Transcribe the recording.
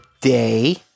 day